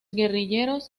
guerrilleros